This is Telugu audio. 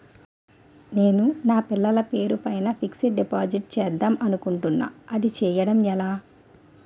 నేను నా పిల్లల పేరు పైన ఫిక్సడ్ డిపాజిట్ చేద్దాం అనుకుంటున్నా అది చేయడం ఎలా?